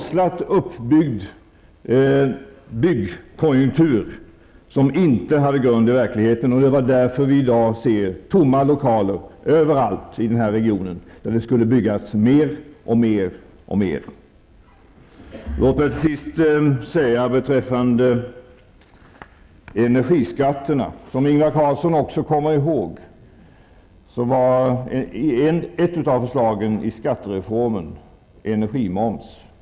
Det är en konstlad byggkonjunktur som inte har någon grund i verkligheten. Det är därför som vi i dag ser tomma lokaler överallt i denna region, där det skulle byggas alltmer. Låt mig till sist säga något om energiskatterna. Som Ingvar Carlsson också kommer ihåg gällde ett av förslagen i skattereformen energimomsen.